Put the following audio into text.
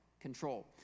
Control